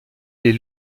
les